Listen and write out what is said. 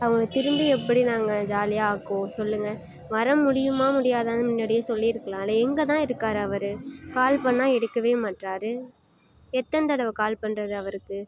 அவங்க திரும்பி எப்படி நாங்கள் ஜாலியாக ஆக்குவோம் சொல்லுங்க வர முடியுமா முடியாதான்னு முன்னாடியே சொல்லியிருக்கலால எங்கே தான் இருக்கார் அவர் கால் பண்ணிணா எடுக்கவே மாட்டறாரு எத்தனை தடவை கால் பண்ணுறது அவருக்கு